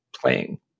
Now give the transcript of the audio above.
playing